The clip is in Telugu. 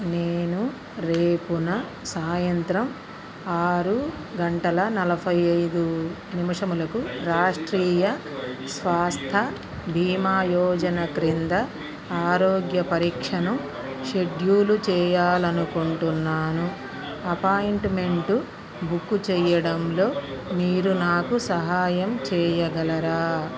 నేను రేపు సాయంత్రం ఆరు గంటల నలఫై ఐదు నిముషములకు రాష్ట్రీయ స్వాస్థ భీమా యోజన క్రింద ఆరోగ్య పరీక్షను షెడ్యూలు చేయాలనుకుంటున్నాను అపాయింట్మెంట్ బుక్ చెయ్యడంలో మీరు నాకు సహాయం చెయ్యగలరా